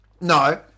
No